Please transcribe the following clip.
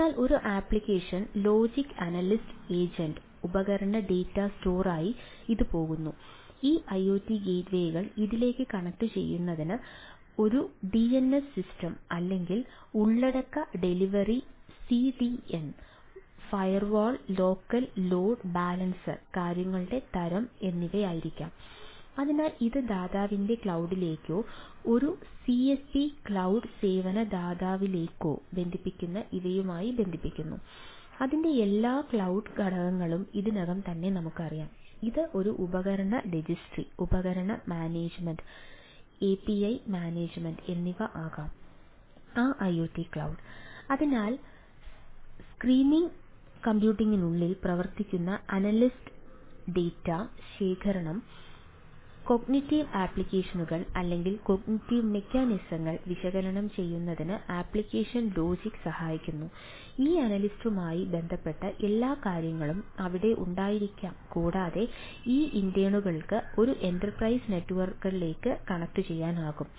അതിനാൽ ഒരു application logic analytics agent കണക്റ്റുചെയ്യാനാകും